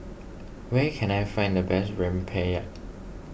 where can I find the best Rempeyek